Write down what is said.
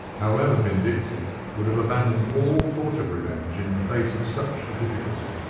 however vindictive, would have abandoned all thought of revenge in the face of such a difficulty,